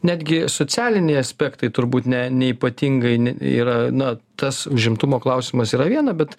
netgi socialiniai aspektai turbūt ne neypatingai ne yra na tas užimtumo klausimas yra viena bet